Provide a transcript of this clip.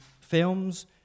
films